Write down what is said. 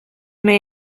may